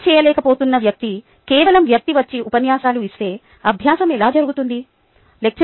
ఏమీ చేయలేకపోతున్న వ్యక్తి కేవలం వ్యక్తి వచ్చి ఉపన్యాసాలు ఇస్తే అభ్యాసం ఎలా జరుగుతుంది